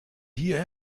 hier